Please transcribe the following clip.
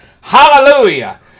hallelujah